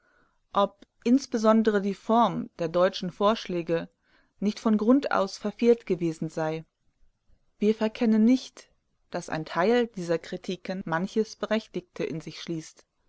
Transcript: ob insbesondere die form der deutschen vorschläge nicht von grund aus verfehlt gewesen sei wir verkennen nicht daß ein teil dieser kritiken manches berechtigte in sich schließt